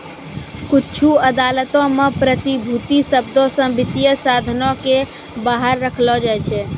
कुछु अदालतो मे प्रतिभूति शब्दो से वित्तीय साधनो के बाहर रखलो जाय छै